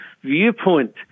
viewpoint